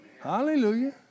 Hallelujah